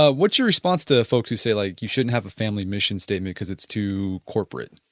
ah what's your response to folks who say like you shouldn't have a family mission statement because it's too corporate?